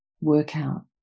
workout